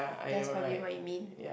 that's probably what you mean